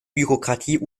bürokratie